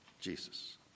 jesus